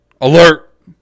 alert